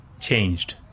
changed